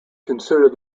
considered